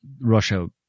Russia